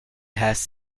has